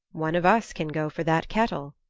one of us can go for that kettle,